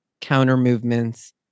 counter-movements